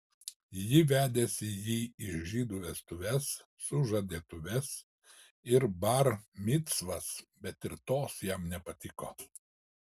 ji vedėsi jį į žydų vestuves sužadėtuves ir bar micvas bet ir tos jam nepatiko